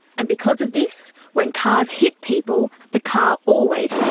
and because of this, when cars hit people the car always wins.